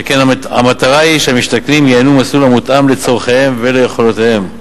שכן המטרה היא שהמשתכנים ייהנו ממסלול המותאם לצורכיהם וליכולותיהם.